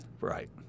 Right